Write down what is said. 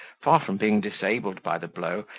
far from being disabled by the blow,